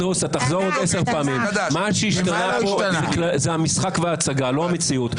מה שהשתנה פה זה המשחק וההצגה, לא המציאות.